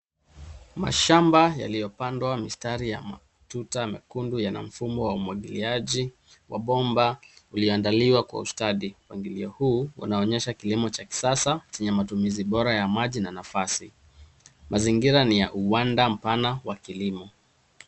Mashamba yaliyopandwa mistari ya matuta mekundu yana mfumo wa umwagiliaji wa bomba uliandaliwa kwa ustadi. Mpangilio huu unaonyesha kilimo cha kisasa chenye matumizi bora wa maji na nafasi. Mazingira ni ya uwanda mpana wa kilimo.